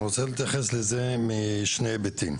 אני רוצה להתייחס לנושא משני היבטים: